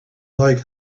like